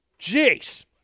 Jeez